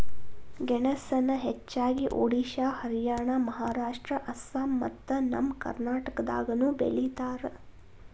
ಗೆಣಸನ ಹೆಚ್ಚಾಗಿ ಒಡಿಶಾ ಹರಿಯಾಣ ಮಹಾರಾಷ್ಟ್ರ ಅಸ್ಸಾಂ ಮತ್ತ ನಮ್ಮ ಕರ್ನಾಟಕದಾಗನು ಬೆಳಿತಾರ